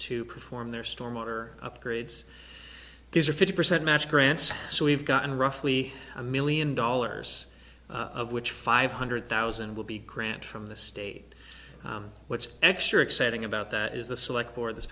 to perform their stormwater upgrades there's a fifty percent match grants so we've got a roughly a million dollars of which five hundred thousand will be grant from the state what's extra exciting about that is the select for this